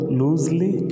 loosely